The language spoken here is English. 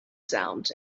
sound